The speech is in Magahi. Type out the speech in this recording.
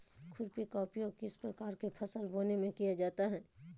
खुरपी का उपयोग किस प्रकार के फसल बोने में किया जाता है?